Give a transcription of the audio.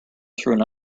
through